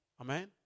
Amen